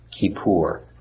Kippur